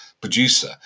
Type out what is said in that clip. producer